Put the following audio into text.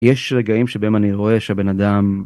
יש רגעים שבהם אני רואה שהבן אדם.